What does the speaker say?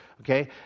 Okay